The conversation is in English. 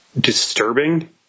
disturbing